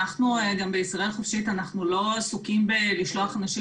אנחנו ב'ישראל חופשית' גם לא עסוקים בלשלוח אנשים